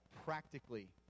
practically